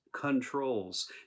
controls